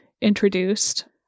introduced